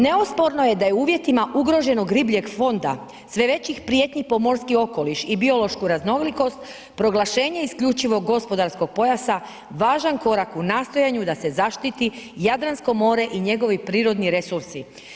Neosporno je da je u uvjetima ugroženog ribljeg fonda sve većih prijetnji po morski okoliš i biološku raznolikost proglašenje isključivog gospodarskog pojasa važan korak u nastojanju da se zaštiti Jadransko more i njegovi prirodni resursi.